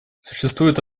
существуют